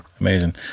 Amazing